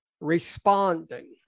responding